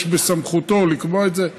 יש בסמכותו לקבוע את זה.